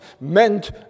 meant